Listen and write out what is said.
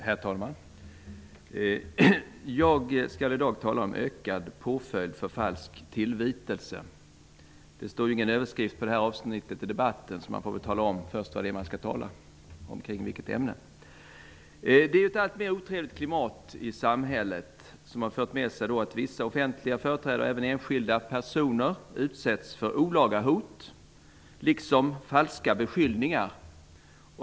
Herr talman! Jag skall i dag tala om skärpt påföljd för falsk tillvitelse. Det finns ingen överskrift för det här avsnittet av debatten. Därför få man väl börja med att nämna vilket ämne man skall tala om. Det är ett allt otrevligare klimat i samhället. Det har fört med sig att vissa offentliga företrädare och även enskilda personer utsätts för olaga hot liksom falska beskyllningar.